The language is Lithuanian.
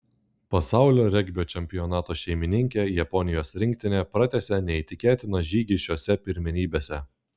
pasaulio regbio čempionato šeimininkė japonijos rinktinė pratęsė neįtikėtiną žygį šiose pirmenybėse